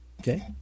Okay